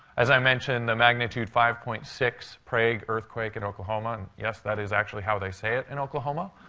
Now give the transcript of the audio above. as i mentioned, the magnitude five point six prague earthquake at oklahoma, and yes, that is actually how they say it in oklahoma,